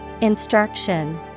Instruction